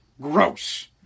gross